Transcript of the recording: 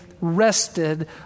rested